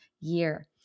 year